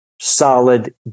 solid